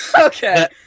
okay